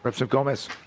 but so gomez